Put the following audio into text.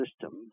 system